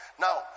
now